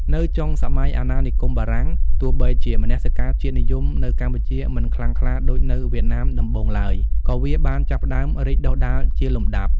នៅចុងសម័យអាណានិគមបារាំង ទោះបីជាមនសិការជាតិនិយមនៅកម្ពុជាមិនខ្លាំងក្លាដូចនៅវៀតណាមដំបូងឡើយ ក៏វាបានចាប់ផ្តើមរីកដុះដាលជាលំដាប់។